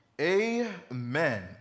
Amen